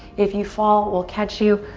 if you fall, we'll catch you.